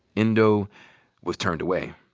endo was turned away,